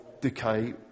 decay